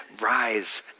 rise